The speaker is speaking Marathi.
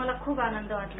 मला खप आनंद वाटला